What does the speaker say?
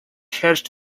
herrscht